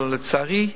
אבל לצערי,